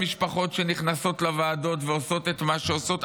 המשפחות שנכנסות לוועדות ועושות את מה שעושות,